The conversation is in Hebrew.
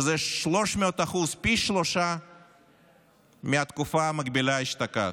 300%, פי שלושה מהתקופה המקבילה אשתקד.